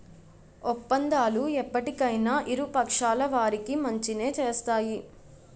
ఒప్పందాలు ఎప్పటికైనా ఇరు పక్షాల వారికి మంచినే చేస్తాయి